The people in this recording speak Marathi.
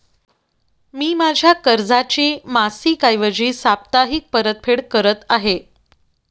मी माझ्या कर्जाची मासिक ऐवजी साप्ताहिक परतफेड करत आहे